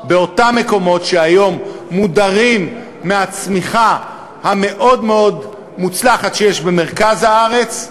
באותם מקומות שהיום מודרים מהצמיחה המאוד-מאוד מוצלחת במרכז הארץ,